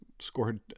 scored